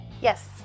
Yes